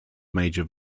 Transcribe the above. major